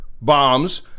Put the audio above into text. bombs